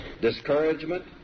Discouragement